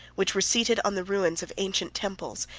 which were seated on the ruins of ancient temples,